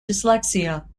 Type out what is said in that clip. dyslexia